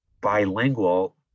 bilingual